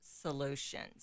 Solutions